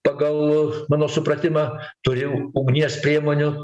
pagal mano supratimą turi ugnies priemonių